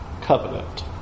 covenant